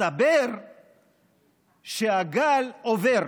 מסתבר שהגל עובר.